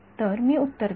तर मी उत्तर देतो